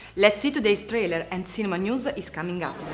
let's see today's trailer and cinema news is coming up!